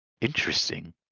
interesting